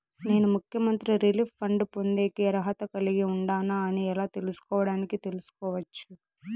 నేను ముఖ్యమంత్రి relief fund పొందేకి అర్హత కలిగి ఉండానా అని ఎలా తెలుసుకోవడానికి తెలుసుకోవచ్చు